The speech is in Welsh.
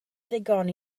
ddigon